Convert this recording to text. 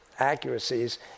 accuracies